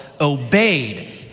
obeyed